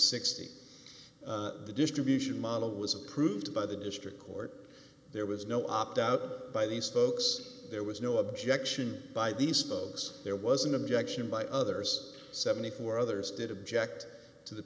sixty the distribution model was approved by the district court there was no opt out by these folks busy there was no objection by these folks there was an objection by others seventy four others did object to the